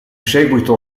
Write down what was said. seguito